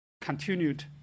continued